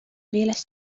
meeles